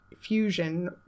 fusion